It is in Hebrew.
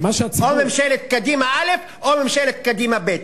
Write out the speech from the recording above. או ממשלת קדימה א' או ממשלת קדימה ב'.